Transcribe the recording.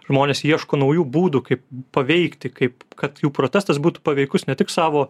žmonės ieško naujų būdų kaip paveikti kaip kad jų protestas būtų paveikus ne tik savo